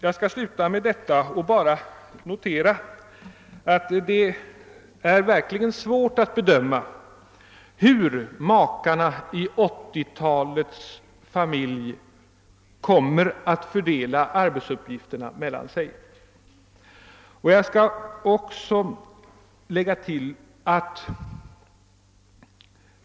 Jag skall sluta med att notera att det verkligen är svårt att bedöma hur makarna i 1980-talets familj kommer att fördela arbetsuppgifterna mellan sig.